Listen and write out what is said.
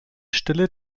stelle